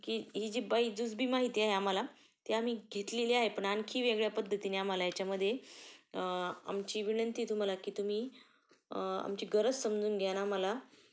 की ही जी बाई जुजबी माहिती आहे आम्हाला ते आम्ही घेतलेली आहे पण आणखी वेगळ्या पद्धतीने आम्हाला याच्यामध्ये आमची विनंती आहे तुम्हाला की तुम्ही आमची गरज समजून घ्या आणि आम्हाला